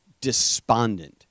despondent